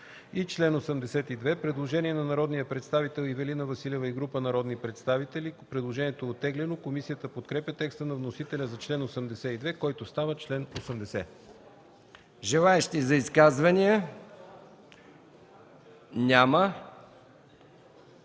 Член 82 – предложение на народния представител Ивелина Василева и група народни представители. Предложението е оттеглено. Комисията подкрепя текста на вносителя за чл. 82, който става чл. 80. ПРЕДСЕДАТЕЛ МИХАИЛ МИКОВ: Желаещи за изказвания? Няма.